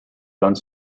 done